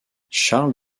charles